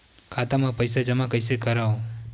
खाता म पईसा जमा कइसे करव?